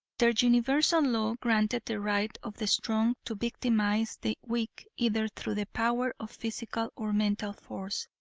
their universal law granted the right of the strong to victimize the weak either through the power of physical or mental force.